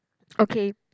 okay